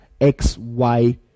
XY